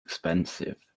expensive